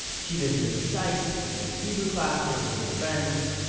she visited the sights, began hebrew classes, made new friends.